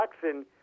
Jackson